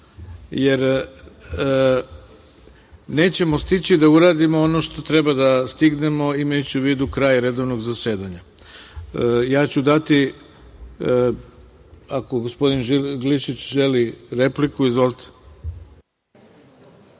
jer nećemo stići da uradimo ono što treba da stignemo imajući u vidu kraj redovnog zasedanja. Ja ću dati, ako gospodin Glišić želi, repliku? Izvolite.